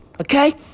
okay